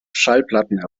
schallplatten